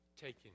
taken